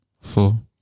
Four